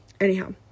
Anyhow